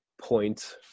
Point